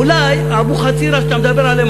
אולי אבוחצירא שאתה מדבר עליהם,